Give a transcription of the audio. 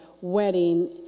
wedding